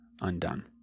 undone